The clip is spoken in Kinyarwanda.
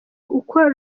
uko